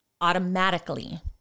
automatically